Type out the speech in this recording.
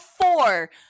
four